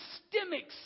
systemic